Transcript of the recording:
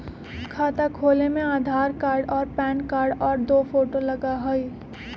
खाता खोले में आधार कार्ड और पेन कार्ड और दो फोटो लगहई?